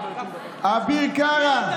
אביר קארה,